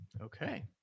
Okay